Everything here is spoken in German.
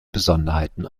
besonderheiten